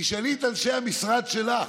תשאלי את אנשי המשרד שלך,